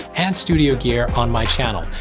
and studio gear on my channel.